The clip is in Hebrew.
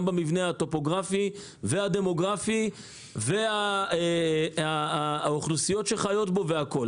גם במבנה הטופוגרפי והדמוגרפי וגם באוכלוסיות שחיות בו והכול.